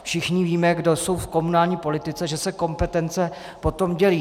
Všichni víme, kdo jsou v komunální politice, že se kompetence potom dělí.